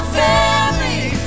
family